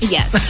Yes